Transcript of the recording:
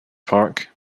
park